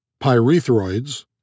pyrethroids